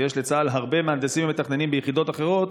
ויש לצה"ל הרבה מהנדסים ומתכננים ביחידות אחרות,